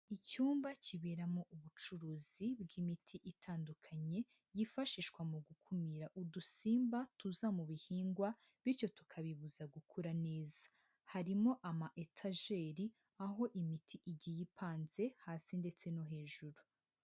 Icyumba kiberamo ubucuruzi bw'imiti itandukanye yifashishwa mu gukumira udusimba tuza mu bihingwa, bityo tukabibuza gukura neza, harimo ama etajeri aho imiti igiye ipanze hasi ndetse no hejuru.